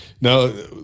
now